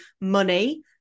money